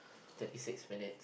thirty six minutes